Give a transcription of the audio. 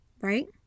right